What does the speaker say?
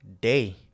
day